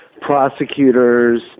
prosecutors